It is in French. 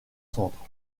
centre